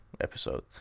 episode